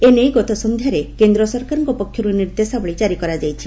ଏ ନେଇ ଗତ ସନ୍ଧ୍ୟାରେ କେନ୍ଦ୍ର ସରକାରଙ୍କ ପକ୍ଷରୁ ନିର୍ଦ୍ଦେଶାବଳୀ ଜାରି କରାଯାଇଛି